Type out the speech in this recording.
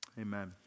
Amen